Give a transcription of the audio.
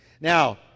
Now